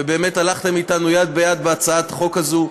ובאמת הלכתם אתנו יד ביד בהצעת החוק הזאת.